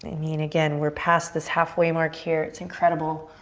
mean again, we're past this halfway mark here, it's incredible.